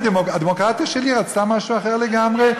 הדמוקרטיה שלי רוצה משהו אחר לגמרי,